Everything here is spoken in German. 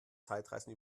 zeitreisen